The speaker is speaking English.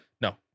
No